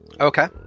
Okay